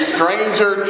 Stranger